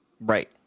Right